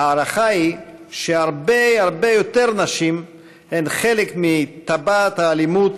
ההערכה היא שהרבה הרבה יותר נשים הן חלק מטבעת האלימות,